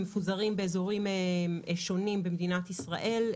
הם מפוזרים באזורים שונים במדינת ישראל,